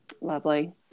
Lovely